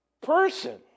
person